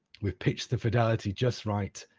we've pitched the fidelity just right,